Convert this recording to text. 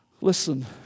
Listen